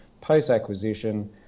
post-acquisition